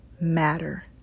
Matter